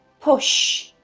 push,